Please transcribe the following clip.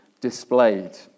displayed